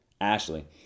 Ashley